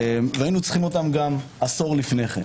היינו צריכים אותם גם עשור לפני כן.